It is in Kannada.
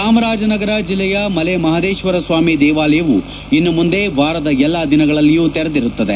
ಚಾಮರಾಜನಗರ ಜಲ್ಲೆಯ ಮಲೆ ಮಹದೇಶ್ವರ ಸ್ವಾಮಿ ದೇವಾಲಯ ಇನ್ನು ಮುಂದೆ ವಾರದ ಎಲ್ಲಾ ದಿನಗಳಲ್ಲಿಯೂ ತೆರೆದಿರುತ್ತದೆ